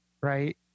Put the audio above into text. right